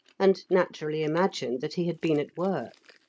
and naturally imagined that he had been at work.